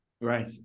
Right